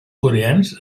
coreans